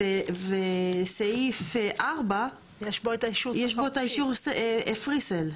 וסעיף 4 יש בו את אישור Presale.